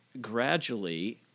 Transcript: gradually